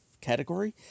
category